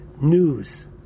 news